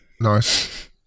Nice